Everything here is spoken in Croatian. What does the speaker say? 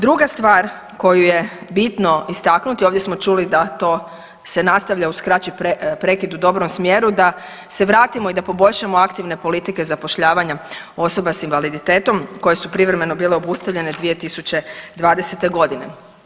Druga stvar koju je bitno istaknuti, ovdje smo čuli da to se nastavlja uz kraći prekid u dobrom smjeru da se vratimo i da poboljšamo aktivne politike zapošljavanja osoba s invaliditetom koje su privremeno bile obustavljene 2020. godine.